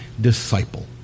disciple